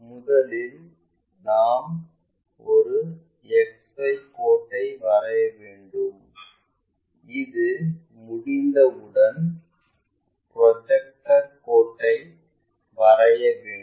முதலில் நாம் ஒரு XY கோட்டை வரைய வேண்டும் இது முடிந்தவுடன் புரோஜெக்டர் கோடை வரைய வேண்டும்